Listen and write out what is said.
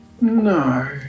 No